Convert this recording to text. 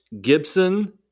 Gibson